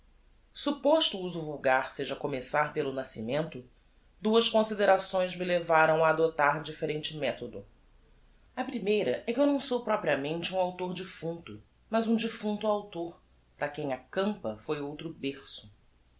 o uso vulgar seja começar pelo nascimento duas considerações me levaram a adoptar differente methodo a primeira é que eu não sou propriamente um autor defunto mas um defunto autor para quem a campa foi outro berço